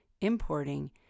importing